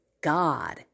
God